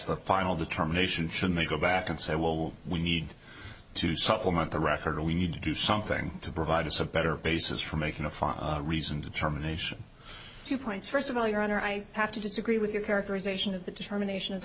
the final determination should make go back and say well we need to supplement the record or we need to do something to provide us a better basis for making a far reasoned determination two points first of all your honor i have to disagree with your characterization of the determination